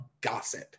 gossip